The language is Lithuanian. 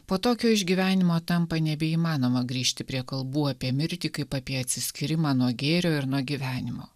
po tokio išgyvenimo tampa nebeįmanoma grįžti prie kalbų apie mirtį kaip apie atsiskyrimą nuo gėrio ir nuo gyvenimo